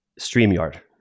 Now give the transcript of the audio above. Streamyard